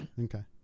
Okay